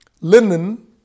Linen